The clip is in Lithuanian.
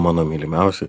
mano mylimiausi